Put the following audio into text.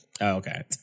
Okay